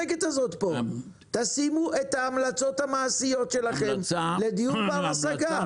בוא נשמע את ההמלצות המעשיות שלכם לדיור בר השגה.